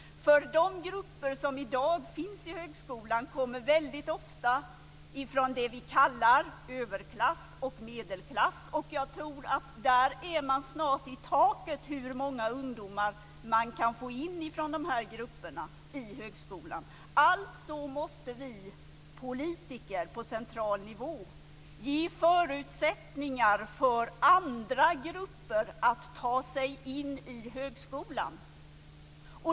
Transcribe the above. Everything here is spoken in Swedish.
De grupper som i dag finns i högskolan kommer väldigt ofta från det vi kallar överklass och medelklass, och jag tror att man där snart är i taket när det gäller hur många ungdomar man kan få in från de här grupperna i högskolan. Alltså måste vi politiker på central nivå ge förutsättningar för andra grupper att ta sig in i högskolan.